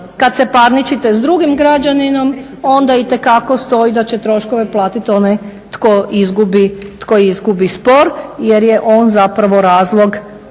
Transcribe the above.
kada se parničite s drugim građaninom onda itekako stoji da će troškove platiti onaj tko izgubi spor jer je on zapravo razlog